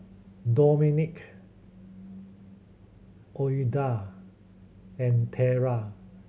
Dominic Ouida and Terra